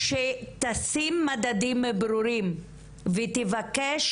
שתשים מדדים ברורים ותבקש